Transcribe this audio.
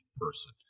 person